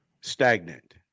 stagnant